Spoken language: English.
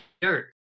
dirt